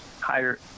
higher